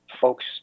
folks